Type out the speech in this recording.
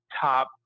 top